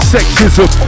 Sexism